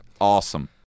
Awesome